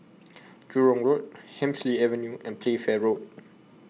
Jurong Road Hemsley Avenue and Playfair Road